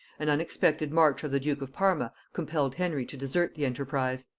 an unexpected march of the duke of parma compelled henry to desert the enterprise.